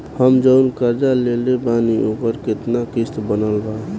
हम जऊन कर्जा लेले बानी ओकर केतना किश्त बनल बा?